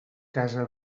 casa